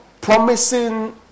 promising